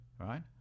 Right